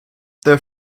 their